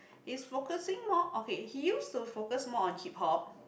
he's focusing more okay he used to focus more on hip-hop